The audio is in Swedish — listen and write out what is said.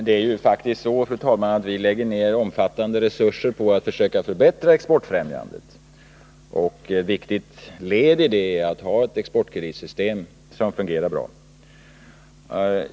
Det är faktiskt så, fru talman, att vi lägger ned omfattande resurser påatt försöka förbättra exportfrämjandet, och ett viktigt led i det är att ha ett exportkreditsystem som fungerar bra.